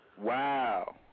Wow